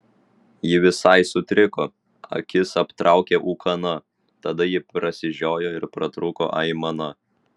ji visai sutriko akis aptraukė ūkana tada ji prasižiojo ir pratrūko aimana